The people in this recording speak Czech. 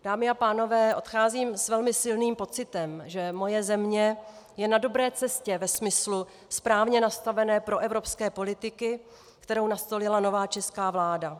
Dámy a pánové, odcházím s velmi silným pocitem, že moje země je na dobré cestě ve smyslu správně nastavené proevropské politiky, kterou nastolila nová česká vláda.